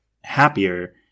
happier